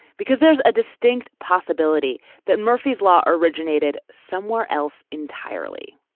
because there's a distinct possibility that murphy's law originated somewhere else entirely.